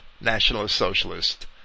Nationalist-Socialist